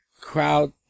Crowd